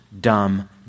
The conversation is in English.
dumb